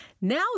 Now